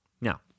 Now